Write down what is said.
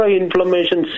inflammation